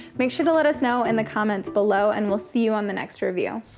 make sure to let us know in the comments below, and we'll see you on the next review.